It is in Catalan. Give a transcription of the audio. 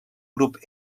grup